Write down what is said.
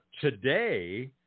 today